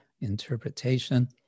interpretation